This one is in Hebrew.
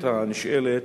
מה מציע?